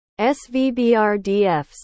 SVBRDFs